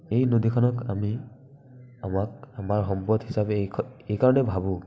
এই নদীখনক আমি আমাৰ সম্পদ হিচাপে এই কাৰণেই ভাবো